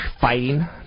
fighting